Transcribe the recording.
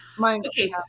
Okay